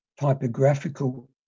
typographical